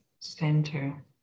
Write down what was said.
center